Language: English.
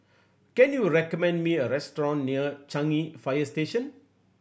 can you recommend me a restaurant near Changi Fire Station